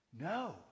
No